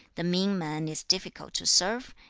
the mean man is difficult to serve,